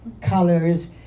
Colors